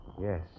Yes